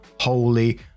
Holy